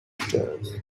stairs